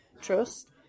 Trust